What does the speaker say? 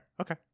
okay